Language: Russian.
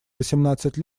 восемнадцать